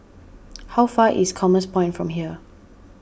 how far is Commerce Point from here